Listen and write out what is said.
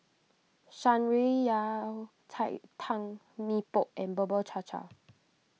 Shan Rui Yao Cai Tang Mee Pok and Bubur Cha Cha